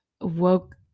woke